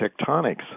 tectonics